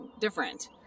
different